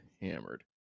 hammered